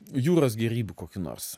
jūros gėrybių kokį nors